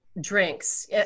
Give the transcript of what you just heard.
drinks